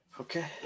okay